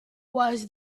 was